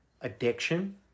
addiction